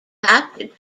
adapted